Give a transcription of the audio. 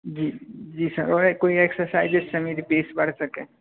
जी जी सर और कोई एक्सरसाइज जिससे मेरी पेस बढ़ सके